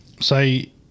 say –